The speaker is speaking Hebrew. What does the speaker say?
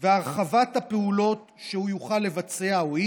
והרחבת הפעולות שהוא או היא